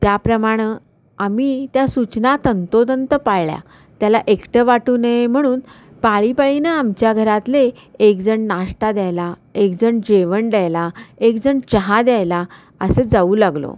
त्याप्रमाणं आम्ही त्या सूचना तंतोतंत पाळल्या त्याला एकटं वाटू नये म्हणून पाळीपाळीनं आमच्या घरातले एकजण नाष्टा द्यायला एकजण जेवण द्यायला एकजण चहा द्यायला असं जाऊ लागलो